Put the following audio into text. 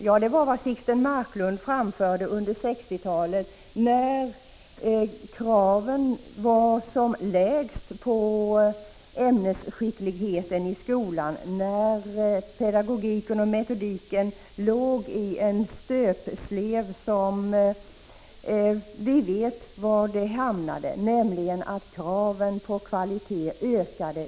Det var någonting som Sixten Marklund förde fram under 1960-talet, när kraven på ämnesskicklighet i skolan var som lägst och när pedagogik och metodik låg i stöpsleven. Vi vet vad detta ledde till, nämligen att kraven på kvalitet ökade.